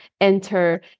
enter